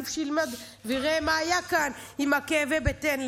עדיף שילמד ויראה מה היה כאן עם כאבי הבטן,